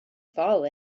fall